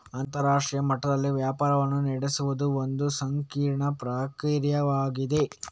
ಅಂತರರಾಷ್ಟ್ರೀಯ ಮಟ್ಟದಲ್ಲಿ ವ್ಯಾಪಾರವನ್ನು ನಡೆಸುವುದು ಒಂದು ಸಂಕೀರ್ಣ ಪ್ರಕ್ರಿಯೆಯಾಗಿದೆ